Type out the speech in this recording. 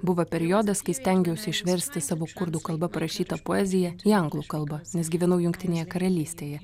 buvo periodas kai stengiausi išversti savo kurdų kalba parašytą poeziją į anglų kalbą nes gyvenau jungtinėje karalystėje